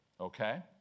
Okay